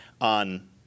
on